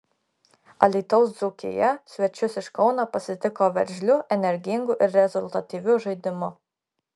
alytaus dzūkija svečius iš kauno pasitiko veržliu energingu ir rezultatyviu žaidimu